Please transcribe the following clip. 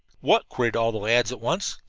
what? queried all the lads at once.